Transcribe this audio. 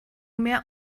mehr